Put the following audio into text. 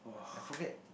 I forget